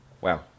Wow